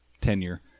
tenure